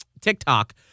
TikTok